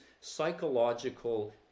psychological